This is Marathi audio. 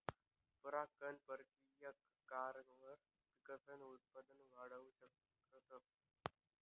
परागकण परकिया करावर पिकसनं उत्पन वाढाऊ शकतस